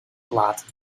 platen